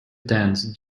dance